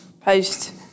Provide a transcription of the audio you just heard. post